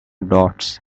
dots